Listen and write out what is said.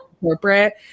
corporate